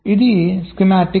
ఇది స్కీమాటిక్